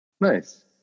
nice